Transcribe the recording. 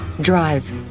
Drive